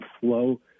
flow